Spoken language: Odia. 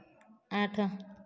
ଆଠ